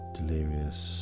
Delirious